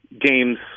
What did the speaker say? games